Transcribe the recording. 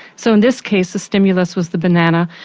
so in this case the stimulus was the banana.